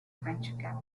venture